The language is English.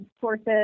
sources